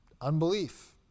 unbelief